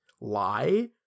lie